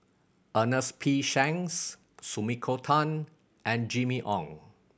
Ernest P Shanks Sumiko Tan and Jimmy Ong